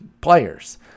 players